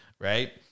right